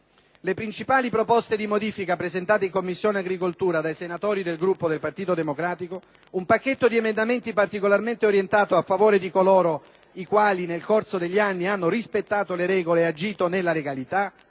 Le principali proposte di modifica presentate in Commissione agricoltura dai senatori del Gruppo PD - un pacchetto di emendamenti particolarmente orientato a favore di coloro i quali nel corso degli anni hanno rispettato le regole ed agito nella legalità,